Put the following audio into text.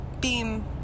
beam